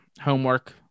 homework